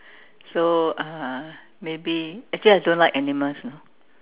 so uh maybe actually I don't like animals you know